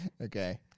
Okay